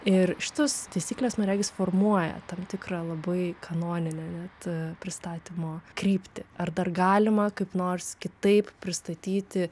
ir šitos taisyklės man regis formuoja tam tikrą labai kanoninę net pristatymo kryptį ar dar galima kaip nors kitaip pristatyti